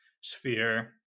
sphere